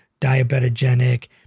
diabetogenic